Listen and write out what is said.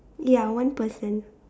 ya one person